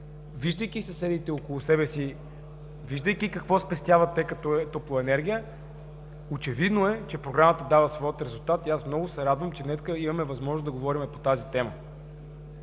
виждайки съседите около себе си, виждайки какво спестяват те като топлоенергия, очевидно е, че Програмата дава своя резултат и аз много се радвам, че днес имаме възможност за говорим по тази тема.